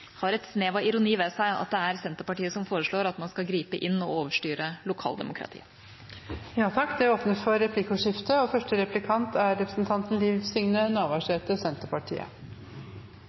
har et snev av ironi ved seg at det er Senterpartiet som foreslår at man skal gripe inn og overstyre lokaldemokratiet. Det blir replikkordskifte. Som mangeårig lokalpolitikar og